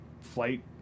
flight